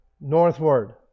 northward